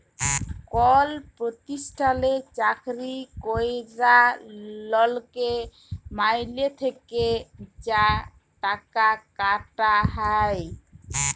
call পরতিষ্ঠালে চাকরি ক্যরা লকের মাইলে থ্যাকে যা টাকা কাটা হ্যয়